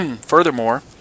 Furthermore